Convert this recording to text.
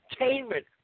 entertainment